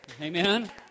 Amen